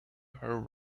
her